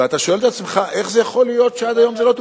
ואתה שואל את עצמך איך יכול להיות שעד היום זה לא טופל.